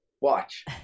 watch